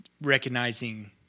Recognizing